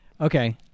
Okay